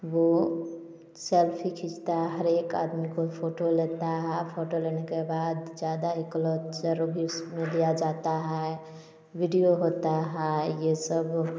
वो सेल्फी खींचता है हर एक आदमी को फोटो लेता है फोटो लेने के बाद ज्यादा एक लॉक्स सरोगीस में दिया जाता है वीडियो होता है ये सब